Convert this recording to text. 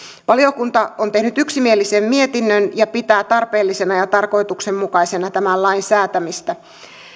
valiokunta on tehnyt yksimielisen mietinnön ja pitää tarpeellisena ja tarkoituksenmukaisena tämän lain säätämistä